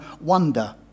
wonder